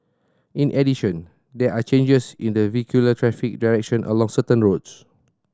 in addition there are changes in the vehicular traffic direction along certain roads